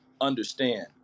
understand